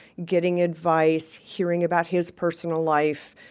getting advice. hearing about his personal life.